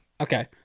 Okay